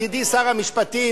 ידידי שר המשפטים,